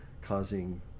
causing